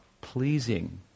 pleasing